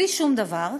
בלי שום דבר.